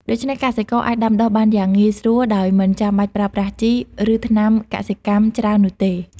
ដូច្នេះកសិករអាចដាំដុះបានយ៉ាងងាយស្រួលដោយមិនចាំបាច់ប្រើប្រាស់ជី ឬថ្នាំកសិកម្មច្រើននោះទេ។